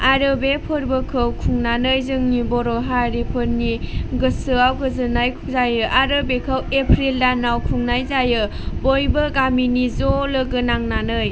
आरो बे फोरबोखौ खुंनानै जोंनि बर' हारिफोरनि गोसोआव गोजोननाय जायो आरो बेखौ एप्रिल दानाव खुंनाय जायो बयबो गामिनि ज' लोगो नांनानै